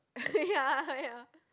ya ya